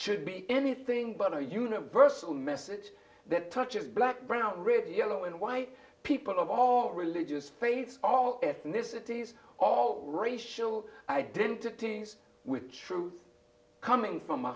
should be anything but a universal message that touches black brown red yellow and white people of all religious faiths all ethnicities all racial identities with truths coming from a